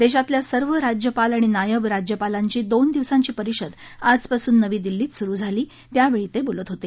देशातल्या सर्व राज्यपाल आणि नायब राज्यपालांची दोन दिवसांची परिषद आजपासून नवी दिल्लीत सुरू झाली त्यावेळी ते बोलत होते